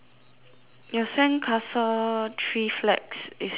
your sandcastle three flags is red right